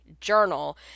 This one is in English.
journal